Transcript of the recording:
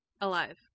Alive